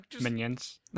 Minions